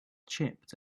chipped